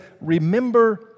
remember